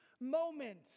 moment